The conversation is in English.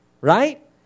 Right